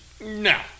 no